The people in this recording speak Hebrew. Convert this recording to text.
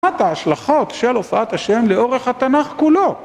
אחת ההשלכות של הופעת ה׳ לאורך התנ״ך כולו!